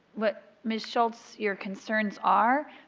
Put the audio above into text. what ms. schultz, your concerns are.